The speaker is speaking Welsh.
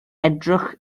edrych